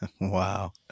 Wow